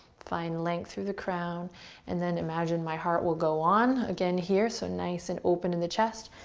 find length through the crown and then imagine my heart will go on, again here. so nice and open to the chest,